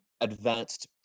advanced